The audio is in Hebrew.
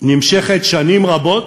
נמשכת שנים רבות,